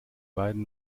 beiden